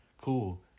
Cool